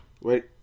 Wait